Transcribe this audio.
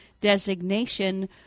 designation